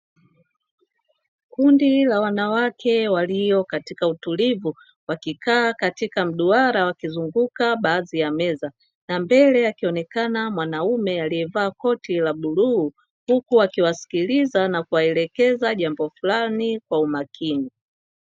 Kundi la wanawake walio katika utulivu wakikaa katika mduara wakizunguka baadhi ya meza, na mbele akionekana mwanaume aliyevaa koti la bluu, huku akiwasikiliza na kuwaelekeza jambo flani kwa umakini.